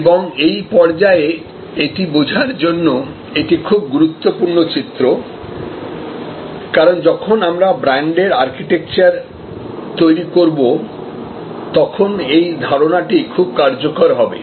এবং এই পর্যায়ে এটি বোঝার জন্য এটি খুব গুরুত্বপূর্ণ চিত্র কারণ যখন আমরা ব্র্যান্ডের আর্কিটেকচার তৈরি করব তখন এই ধারণাটি খুব কার্যকর হবে